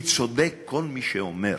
כי צודק כל מי שאומר: